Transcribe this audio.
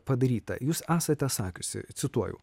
padaryta jūs esate sakiusi cituoju